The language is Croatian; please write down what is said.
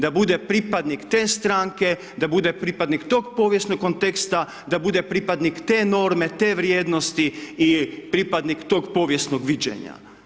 Da bude pripadnik te stranke, da bude pripadnik tog povijesnog konteksta da bude pripadnik te norme te vrijednosti i pripadnik tog povijesnog viđenja.